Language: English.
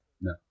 No